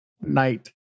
night